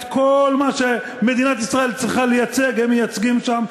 את כל מה שמדינת ישראל צריכה לייצג הם מייצגים שם,